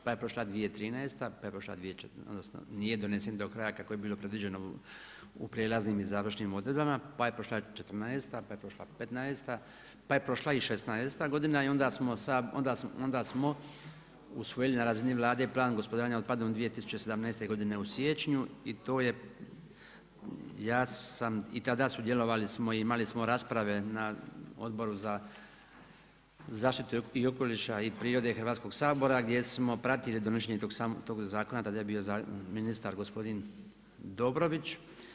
Pa je prošla 2013., pa je prošla, odnosno nije donesen do kraja kako je bilo predviđeno u prijelaznim i završnim odredbama pa je prošla 2014., pa je prošla 2015., pa je prošla i 2016. godina onda smo usvojili na razini Vlade i Plan gospodarenja otpadom 2017. godine u siječnju i to je, ja sam i tada sudjelovali smo i imali smo rasprave na Odboru za zaštitu i okoliša i prirode Hrvatskoga sabora gdje smo pratili donošenje tog zakona, tada je bio ministar gospodin Dobrović.